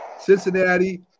Cincinnati